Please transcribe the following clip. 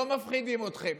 לא מפחידים אתכם.